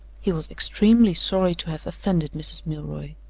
he was extremely sorry to have offended mrs. milroy.